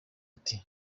ati